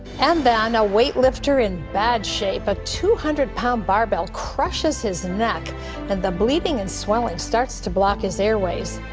and then a weightlifter in bad shape. a two hundred pound barbell crushes his neck and the bleeding and swelling starts to block his airways.